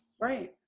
Right